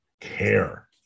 care